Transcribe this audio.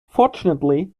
fortunately